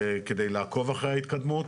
על מנת לעקוב אחרי ההתקדמות.